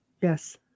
Yes